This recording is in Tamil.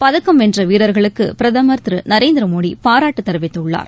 பதக்கம் வென்ற வீரர்களுக்கு பிரதமர் திரு நரேந்திரமோடி பாராட்டு தெரிவித்துள்ளார்